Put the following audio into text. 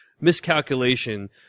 miscalculation